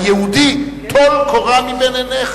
היהודי: טול קורה מבין עיניך.